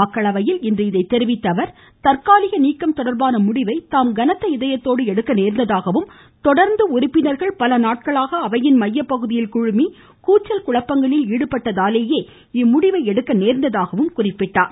மக்களவையில் இன்று இதை தெரிவித்த அவர் தற்காலிக நீக்கம் தொடர்பான முடிவை தாம் கனத்த இதயத்தோடு எடுக்க நேர்ந்ததாகவும் தொடர்ந்து உறுப்பினர்கள் பல நாட்களாக அவையின் மைய பகுதியில் குழுமி கூச்சல் குழப்பங்களில் ஈடுபட்டதாலேயே இம்முடிவை எடுத்ததாகவும் குறிப்பிட்டார்